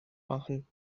machen